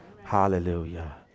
Hallelujah